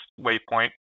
waypoint